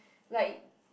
like